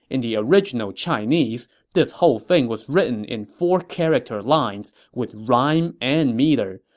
in the original chinese, this whole thing was written in four-character lines with rhyme and meter,